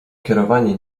kierowanie